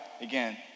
Again